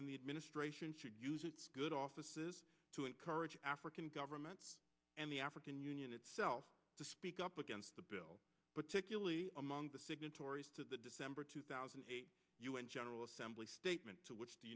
and the administration should use its good offices to encourage african governments and the african union itself to speak up against the bill particularly among the signatories to the december two thousand and eight un general assembly statement to which the